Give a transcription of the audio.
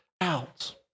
out